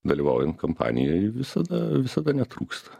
dalyvaujant kampanijoj visada visada netrūksta